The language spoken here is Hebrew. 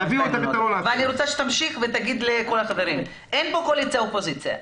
ואני רוצה שתמשיך ותגיד לכל --- אין פה קואליציה-אופוזיציה -- יש.